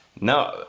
No